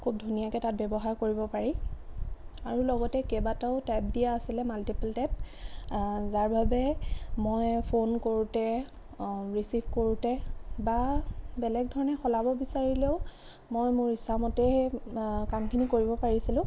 খুব ধুনীয়াকৈ তাত ব্য়ৱহাৰ কৰিব পাৰি আৰু লগতে কেইবাটাও টেপ দিয়া আছিলে মাল্টিপল টেপ যাৰ বাবে মই ফ'ন কৰোঁতে ৰিচিভ কৰোঁতে বা বেলেগ ধৰণে সলাব বিচাৰিলেও মই মোৰ ইচ্ছা মতে সেই কামখিনি কৰিব পাৰিছিলোঁ